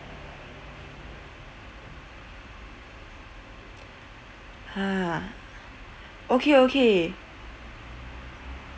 ha okay okay